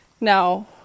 Now